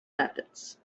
methods